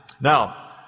Now